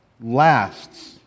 lasts